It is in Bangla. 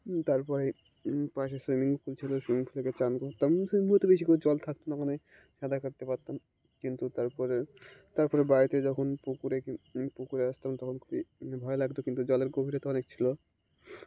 তারপরে পাশে সুইমিং পুল ছিলো সুইমিং পুলে চান করতাম সুইমিং পুলতে বেশি করে জল থাকত না ওখানে সাঁতার কাটতে পারতাম কিন্তু তারপরে তারপরে বাড়িতে যখন পুকুরে পুকুরে আসতাম তখন খুবই ভয় লাগতো কিন্তু জলের গভীরতা অনেক ছিলো